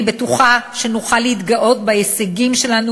אני בטוחה שנוכל להתגאות בהישגים שלנו